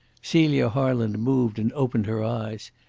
celia harland moved and opened her eyes.